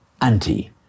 anti